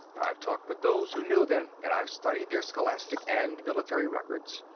i've talked with those who knew them and i've studied their scholastic and military records.